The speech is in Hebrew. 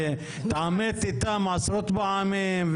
והתעמת איתם עשרות פעמים,